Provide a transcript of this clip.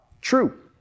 True